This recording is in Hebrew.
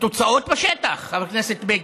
התוצאות, בשטח, חבר הכנסת בגין.